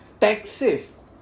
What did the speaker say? taxes